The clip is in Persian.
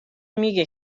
میگه